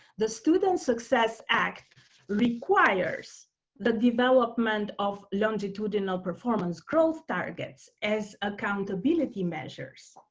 the student success act requires the development of longitudinal performance growth targets as accountability measures.